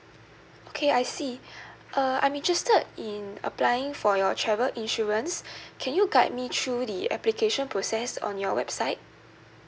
okay I see uh I'm interested in applying for your travel insurance can you guide me through the application process on your website